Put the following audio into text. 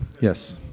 Yes